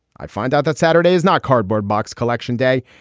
i find out that saturday is not cardboard box collection day.